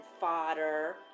fodder